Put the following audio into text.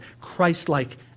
Christ-like